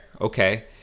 okay